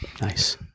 Nice